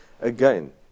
Again